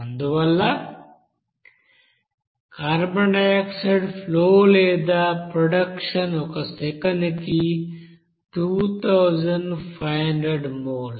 అందువల్ల carbon dioxide flow లేదా production ఒక సెకనుకు 2500 మోల్స్